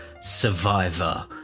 Survivor